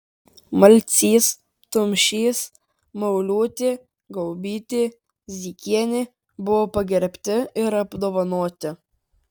malcys tumšys mauliūtė gaubytė zykienė buvo pagerbti ir apdovanoti